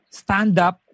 stand-up